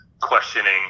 questioning